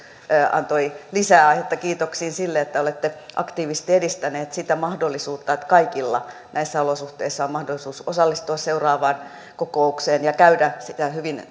antoi lisää aihetta kiitoksiin siitä että olette aktiivisesti edistänyt sitä mahdollisuutta että kaikilla näissä olosuhteissa on mahdollisuus osallistua seuraavaan kokoukseen ja käydä sitä hyvin